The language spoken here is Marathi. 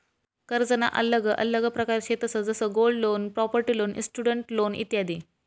कर्जना आल्लग आल्लग प्रकार शेतंस जसं gold loan, property loan, student loan इत्यादी